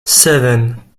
seven